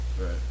right